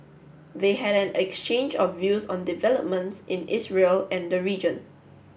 they had an exchange of views on developments in Israel and the region